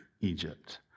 Egypt